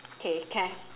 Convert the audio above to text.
okay can